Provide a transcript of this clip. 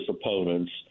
opponents